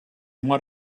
what